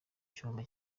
cyumba